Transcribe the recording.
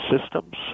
systems